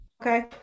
Okay